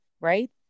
right